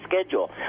schedule